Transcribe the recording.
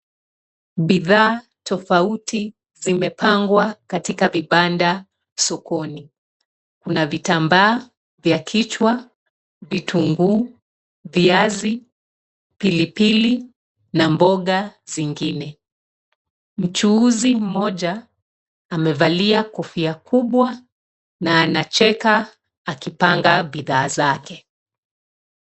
Bidhaa tofauti zimepangwa katika vibanda sokoni, kuna vitambaa vya kichwa, vitunguu, viazi, pilipili na mboga zingine. Mcuuzi mmoja amevalia kofia kubwa na anacheka akipanga bidhaa zake.